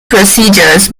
procedures